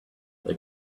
they